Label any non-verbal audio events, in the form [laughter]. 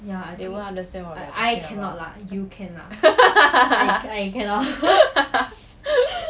they won't understand what we say [laughs]